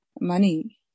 money